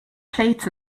plates